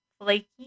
flaky